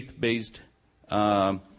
faith-based